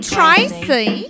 Tracy